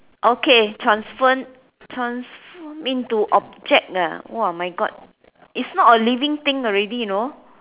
okay transfor~ transform into object ah !wah! my god it's not a living thing already know